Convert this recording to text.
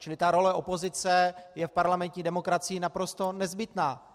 Čili role opozice je v parlamentní demokracii naprosto nezbytná.